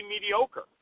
mediocre